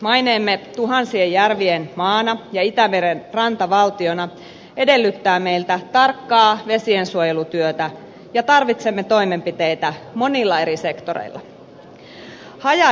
maineemme tuhansien järvien maana ja itämeren rantavaltiona edellyttää meiltä tarkkaa vesiensuojelutyötä ja tarvitsemme toimenpiteitä monilla eri sektoreilla